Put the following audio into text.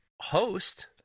host